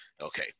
Okay